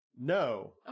No